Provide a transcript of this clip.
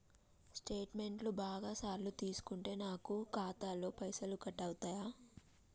Statement బాగా సార్లు తీసుకుంటే నాకు ఖాతాలో పైసలు కట్ అవుతయా?